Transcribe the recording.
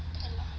cannot